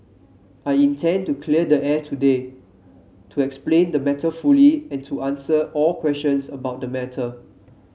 I intend to clear the air today to explain the matter fully and to answer all questions about the matter